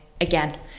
Again